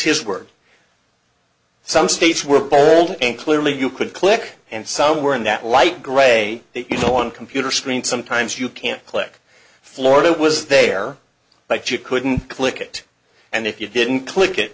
his word some states were bold and clearly you could click and somewhere in that light gray you know on computer screen sometimes you can't click florida it was there but you couldn't click it and if you didn't click it